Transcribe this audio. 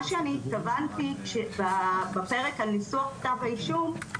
מה שאני התכוונתי בפרק ניסוח כתב האישום,